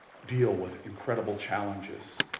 deal with incredible challenges.